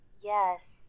Yes